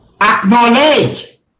acknowledge